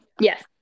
Yes